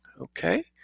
Okay